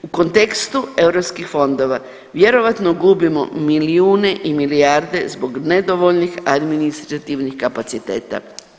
U kontekstu europskih fondova vjerojatno gubimo milijune i milijarde zbog nedovoljnih administrativnih kapaciteta.